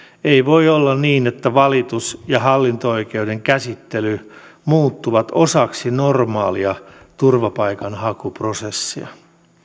ei voi olla niin että valitus ja hallinto oikeuden käsittely muuttuvat osaksi normaalia turvapaikanhakuprosessia